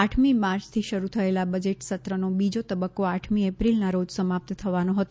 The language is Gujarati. આઠમી માર્ચથી શરૂ થયેલા બજેટ સત્રનો બીજો તબક્કો આઠમી એપ્રિલના રોજ સમાપ્ત થવાનો હતો